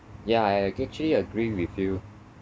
ya I actually agree with you